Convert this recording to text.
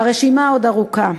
והרשימה עוד ארוכה.